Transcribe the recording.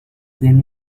then